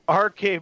RK